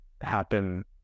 happen